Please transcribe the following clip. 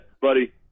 buddy